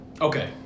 Okay